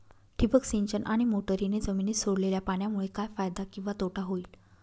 ठिबक सिंचन आणि मोटरीने जमिनीत सोडलेल्या पाण्यामुळे काय फायदा किंवा तोटा होईल?